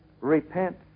Repent